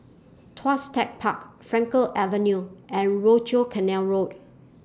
Tuas Tech Park Frankel Avenue and Rochor Canal Road